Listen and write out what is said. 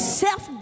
self